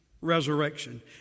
resurrection